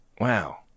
Wow